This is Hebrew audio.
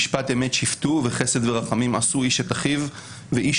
משפט אמת שפטו וחסד ורחמים עשו איש את אחיו ואיש